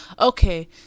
Okay